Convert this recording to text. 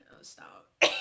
stop